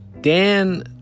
Dan